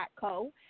co